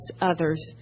others